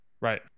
Right